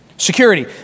Security